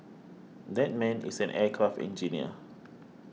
that man is an aircraft engineer